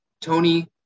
tony